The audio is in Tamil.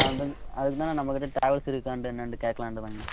அது அதுதான் நம்ம கிட்ட ட்ராவல்ஸ் இருக்கான்ட்டு என்னட்டு கேட்கலான்ட்டுதாங்கண்ணா